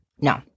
No